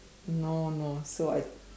no no so I